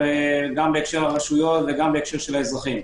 גם בהקשר הרשויות וגם של האזרחים.